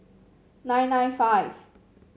nine nine five